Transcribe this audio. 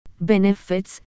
benefits